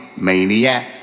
maniac